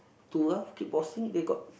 too rough kick boxing they got